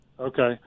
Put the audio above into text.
Okay